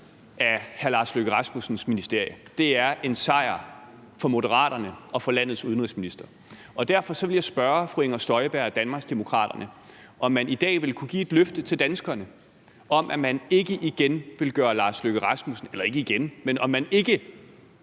af hr. Lars Løkke Rasmussens ministerie, og at det er en sejr for Moderaterne og for landets udenrigsminister. Derfor vil jeg spørge fru Inger Støjberg og Danmarksdemokraterne, om man i dag vil kunne give et løfte til danskerne om, at man ikke vil gøre Lars Løkke Rasmussen til statsminister efter et